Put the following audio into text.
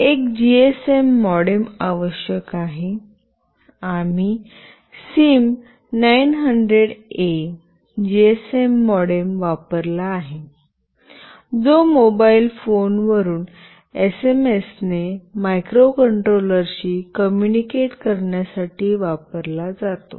एक GSM modem आवश्यक आहे आम्ही सिम 900ए जीएसएम मॉडेम वापरला आहे जो मोबाइल फोनवरून एसएमएस ने मायक्रोकंट्रोलरशी कॉम्युनिकेट करण्यासाठी वापरला जातो